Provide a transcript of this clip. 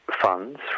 funds